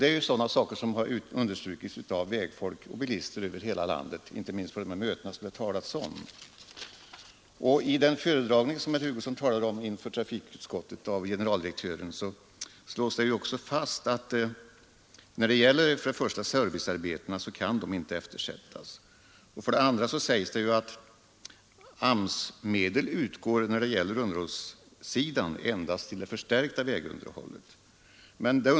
De sakerna har också understrukits av vägfolk och bilister i hela landet, inte minst på de möten som det här har refererats till. Vid den föredragning som vägverkets generaldirektör gjorde i utskottet och som herr Hugosson här talade om slogs fast att servicearbetena inte kan eftersättas. Det sades också att AMS-medel utgår på underhållssidan endast till det förstärkta vägunderhållet.